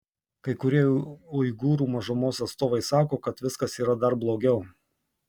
kai kurie uigūrų mažumos atstovai sako kad viskas yra dar blogiau